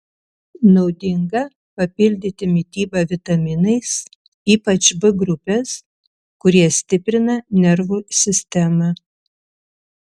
naudinga papildyti mitybą vitaminais ypač b grupės kurie stiprina nervų sistemą